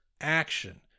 action